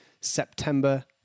september